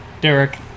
Derek